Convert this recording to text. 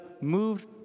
moved